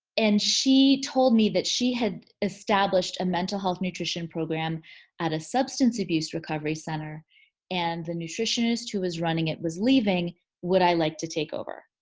and she told me that she had established a mental health nutrition program at a substance abuse recovery center and the nutritionist who was running it was leaving would i like to take over?